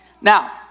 Now